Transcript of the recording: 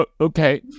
Okay